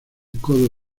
codo